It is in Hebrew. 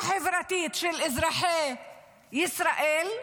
והחברתית של אזרחי ישראל,